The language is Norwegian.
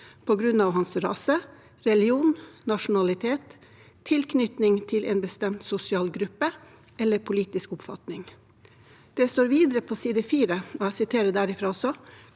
på grunn av hans rase, religion, nasjonalitet, tilknytning til en bestemt sosial gruppe eller politisk oppfatning». Det står videre på side 4, og jeg siterer derfra også: